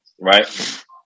right